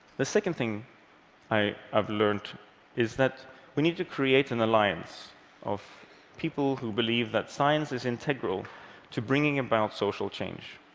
the second thing i have learned is that we need to create an alliance of people who believe that science is integral to bringing about social change.